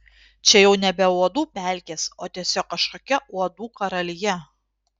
čia jau nebe uodų pelkės o tiesiog kažkokia uodų karalija